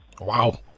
wow